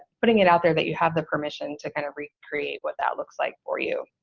putting it out there, that you have the permission to kind of recreate what that looks like for you.